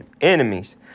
enemies